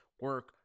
Work